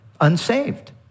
unsaved